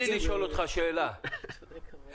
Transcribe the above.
תן לי לשאול אותך שאלה, ברשותך.